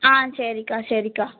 ஆ சரிக்கா சரிக்கா